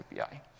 API